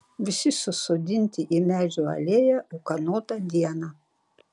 visi susodinti į medžių alėją ūkanotą dieną